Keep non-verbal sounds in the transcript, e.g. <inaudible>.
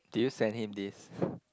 did you send him this <breath>